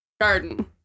Garden